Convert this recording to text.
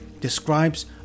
describes